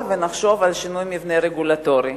ונחשוב על שינוי המבנה הרגולטורי.